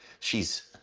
she's.